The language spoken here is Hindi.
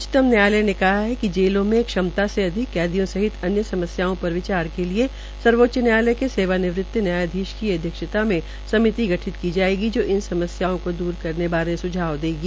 उच्चमत न्यायालय ने कहा है कि जेलों में क्षमता से अधिक कैदियों सहित अन्य समस्याओं पर विचार के लिए सर्वोच्च न्यायालय के सेवानिवृत न्यायधीश की अध्यक्षता में समिति गठित की जायेगी जो इन समस्याओं का दूर करने बारे सुझाव देगी